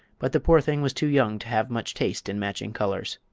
but the poor thing was too young to have much taste in matching colors.